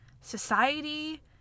society